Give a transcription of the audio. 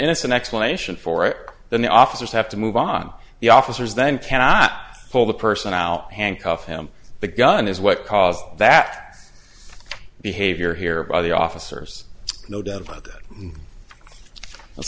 innocent explanation for it then the officers have to move on the officers then cannot pull the person out handcuff him the gun is what caused that behavior here by the officers no doubt about that